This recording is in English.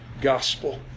gospel